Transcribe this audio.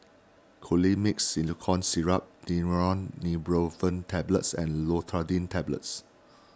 Colimix Simethicone Syrup Daneuron Neurobion Tablets and Loratadine Tablets